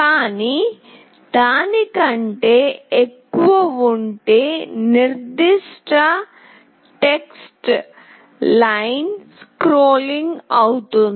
కానీ దాని కంటే ఎక్కువ ఉంటే నిర్దిష్ట టెక్స్ట్ లైన్ స్క్రోలింగ్ అవుతుంది